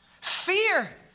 Fear